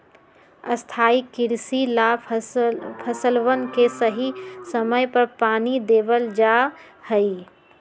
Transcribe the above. स्थाई कृषि ला फसलवन के सही समय पर पानी देवल जा हई